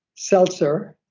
seltzer,